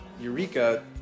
Eureka